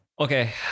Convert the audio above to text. Okay